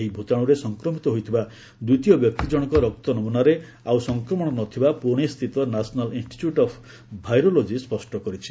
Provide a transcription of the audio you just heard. ଏହି ଭୂତାଣୁରେ ସଂକ୍ରମିତ ହୋଇଥିବା ଦ୍ୱିତୀୟ ବ୍ୟକ୍ତିଜଣଙ୍କ ରକ୍ତନମୂନାରେ ଆଉ ସଂକ୍ରମଣ ନଥିବା ପୁନେସ୍ଥିତ ନ୍ୟାସନାଲ ଇନ୍ଷ୍ଟିଚ୍ୟୁଟ୍ ଅଫ୍ ଭାଇରୋଲୋଜି ସ୍ୱଷ୍ଟ କରିଛି